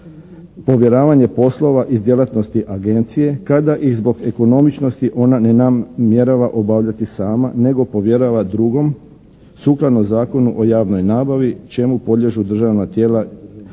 povjeravanje poslova iz djelatnosti agencije kada i zbog ekonomičnosti ona ne namjerava obavljati sama nego povjerava drugom sukladno Zakonu o javnoj nabavi čemu podliježu državna tijela i